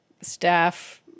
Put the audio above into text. staff